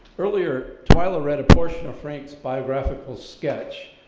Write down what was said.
earlier twyla read a portion of frank's biographical sketch,